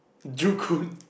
joo koon